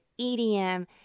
EDM